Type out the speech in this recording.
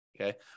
Okay